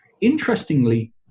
interestingly